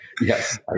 Yes